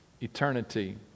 eternity